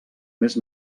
més